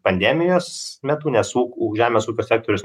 pandemijos metu nes ū ū žemės ūkio sektorius